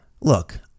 look